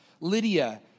Lydia